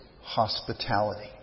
hospitality